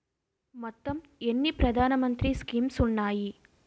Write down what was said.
మొత్తం ఎన్ని ప్రధాన మంత్రి స్కీమ్స్ ఉన్నాయి?